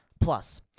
Plus